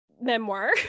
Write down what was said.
memoir